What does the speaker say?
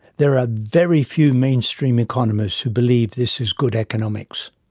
there are very few mainstream economists who believe this is good economics.